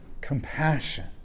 compassion